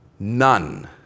None